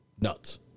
nuts